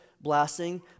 blessing